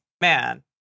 man